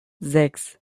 sechs